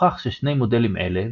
הוכח ששני מודלים אלה,